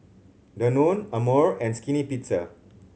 Danone Amore and Skinny Pizza